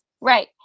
Right